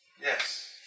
Yes